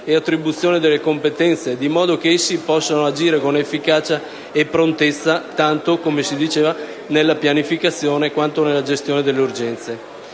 ed attribuzione delle competenze, di modo che essi possano agire con efficacia e prontezza tanto - come già evidenziato - nella pianificazione quanto nella gestione delle urgenze.